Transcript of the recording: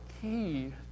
key